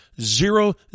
Zero